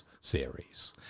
series